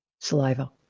saliva